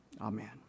Amen